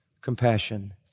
compassion